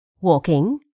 walking